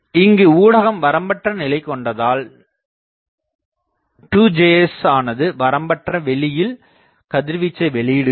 இங்கு ஊடகம் வரம்பற்ற நிலை கொண்டதால் 2Js ஆனது வரம்பற்றா வெளியில் கதிர்வீச்சை வெளியிடுகிறது